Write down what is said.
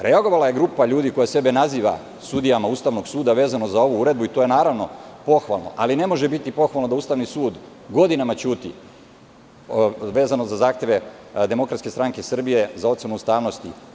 Reagovala je grupa ljudi koja sebe naziva sudijama Ustavnog suda, vezano za ovu uredbu, i to naravno pohvalno, ali ne može biti pohvalno da Ustavni sud godinama ćuti, vezano za zahteve DSS za ocenu ustavnosti.